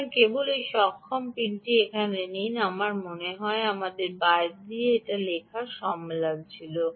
সুতরাং কেবল এই সক্ষম পিনটি এখানে নিন আমার মনে হয় আমাদের বাইরে এটি লেখার সম্মেলন ছিল